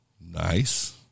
Nice